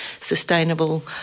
sustainable